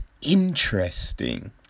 interesting